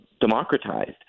democratized